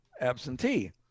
absentee